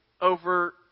over